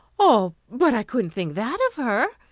oh, but i couldn't think that of her,